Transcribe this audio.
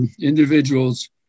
individuals